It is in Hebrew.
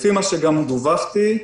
לפי מה שדיווחו לי,